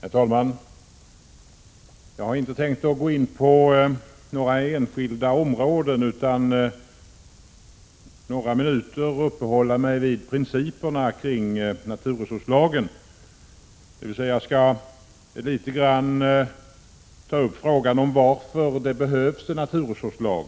Herr talman! Jag har inte tänkt beröra några enskilda områden, utan jag skall några minuter uppehålla mig vid principerna kring naturresurslagen, dvs. jag skall litet grand motivera varför det behövs en naturresurslag.